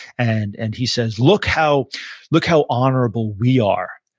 and and he says, look how look how honorable we are,